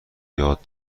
یاد